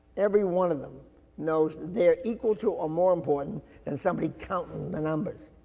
every one of them knows they're equal to or more important than somebody counting the numbers.